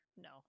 No